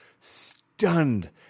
stunned